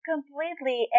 Completely